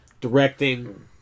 directing